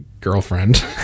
girlfriend